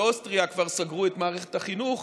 באוסטריה כבר סגרו את מערכת החינוך,